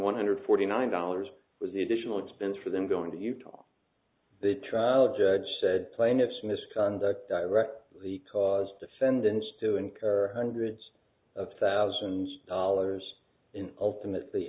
one hundred forty nine dollars was the additional expense for them going to utah the trial judge said plaintiff's misconduct directs the cause defendants to incur hundreds of thousands of dollars in ultimate